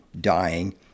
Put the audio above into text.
Dying